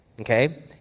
okay